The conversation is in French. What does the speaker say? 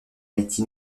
haïti